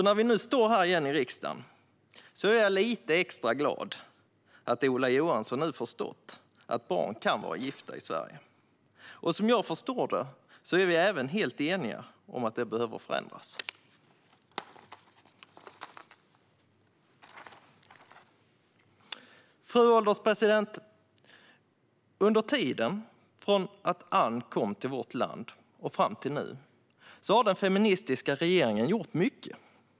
När vi nu står här i riksdagen igen är jag lite extra glad att Ola Johansson nu har förstått att barn kan vara gifta i Sverige. Som jag förstår det är vi även helt eniga om att detta behöver förändras. Fru ålderspresident! Från det att Ann kom till vårt land och fram till nu har den feministiska regeringen gjort mycket.